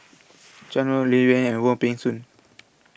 Chuan No Liuyun and Wong Peng Soon